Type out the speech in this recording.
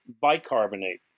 bicarbonate